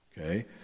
Okay